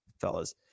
fellas